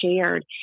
shared